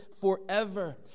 forever